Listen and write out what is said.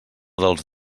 dels